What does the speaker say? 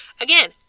Again